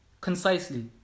Concisely